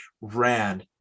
ran